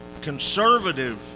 conservative